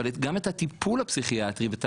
אבל גם את הטיפול הפסיכיאטרי ואת